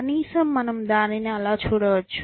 కనీసం మనం దానిని అలా చూడవచ్చు